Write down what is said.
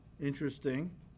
interesting